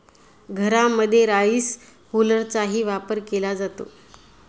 घरांमध्ये राईस हुलरचाही वापर केला जातो